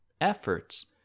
efforts